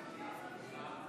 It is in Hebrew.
תוצאות ההצבעה,